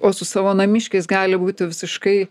o su savo namiškiais gali būti visiškai